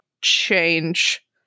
change